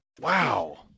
Wow